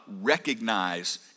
recognize